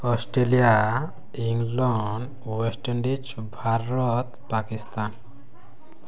Australia England West Indies Bharat Pakistan